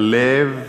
הלב